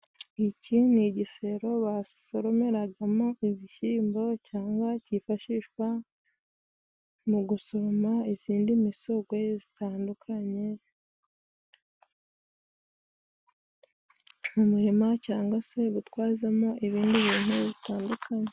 Iki ni igisero, basoromeramo ibishyimbo, cyangwa cyifashishwa mu gusoroma indi misogwe itandukanye mu murima, cyangwa se gutwaramo ibindi bintu bitandukanye.